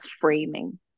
framing